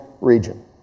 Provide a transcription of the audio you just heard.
region